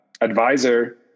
advisor